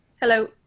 Hello